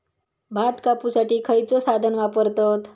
भात कापुसाठी खैयचो साधन वापरतत?